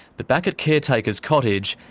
but back at caretakers' cottage,